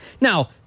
Now